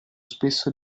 spesso